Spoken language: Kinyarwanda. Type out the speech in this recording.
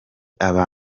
byaba